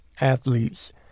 athletes